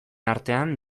artean